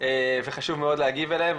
וחשוב מאוד להגיב עליהם.